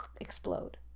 explode